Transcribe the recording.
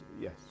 Yes